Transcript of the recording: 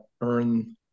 earn